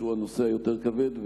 שהוא הנושא היותר כבד,